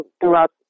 throughout